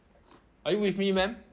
are you with me ma'am